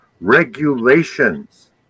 regulations